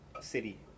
city